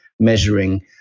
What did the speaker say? measuring